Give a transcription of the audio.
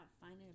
finding